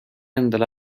endale